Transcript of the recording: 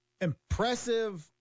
Impressive